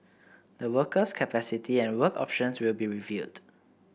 the worker's capacity and work options will be reviewed